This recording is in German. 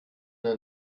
der